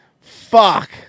Fuck